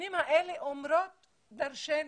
- הנתונים האלה אומרים דרשני.